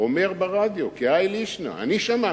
אומר ברדיו בהאי לישנא, אני שמעתי: